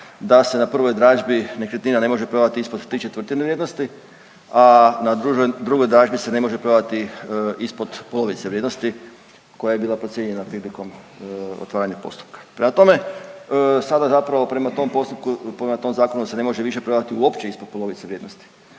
da se na prvoj dražbi nekretnina ne može prodati ispod ¾ vrijednosti, a na drugoj dražbi se ne može prodati ispod polovice vrijednosti koja je bila procijenjena prilikom otvaranja postupka. Prema tome sada zapravo prema tom postupku, prema tom zakonu se ne može više prodati uopće ispod polovice vrijednosti,